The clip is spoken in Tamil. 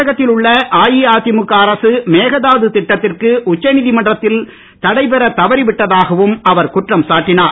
தமிழகத்தில் உள்ள அஇஅதிமுக அரசு மேகதாது திட்டத்திற்கு உச்சநீதிமன்றத்தில் தடைபெறத் தவறி விட்டதாகவும் அவர் குற்றம் சாட்டினார்